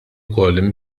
ukoll